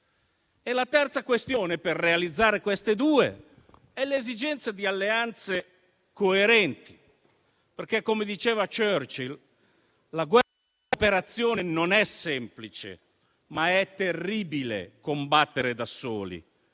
La terza questione, per realizzare le due illustrate, è l'esigenza di alleanze coerenti. Come diceva Churchill, la guerra di cooperazione non è semplice, ma è terribile combattere da soli: